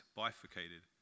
bifurcated